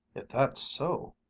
if that's so,